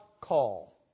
call